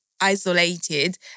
isolated